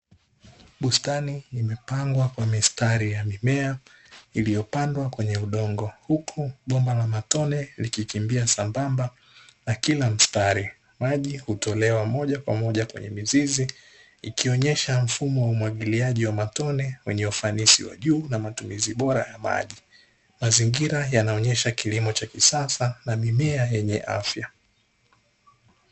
Bustani imepangwa kwa mistari ya mimea iliyopandwa kwenye udongo, huku bomba la matone likikimbia sambamba na kila mstari, maji hutolewa moja kwa moja kwenye mizizi ikionyesha mfumo wa umwagiliaji wa matone wenye ufanisi wa juu na matumizi bora ya maji, mazingira yanaonesha kilimo cha kisasa na mimea yenye afya.